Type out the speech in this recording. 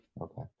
Okay